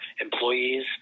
employees